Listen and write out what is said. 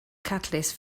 catalyst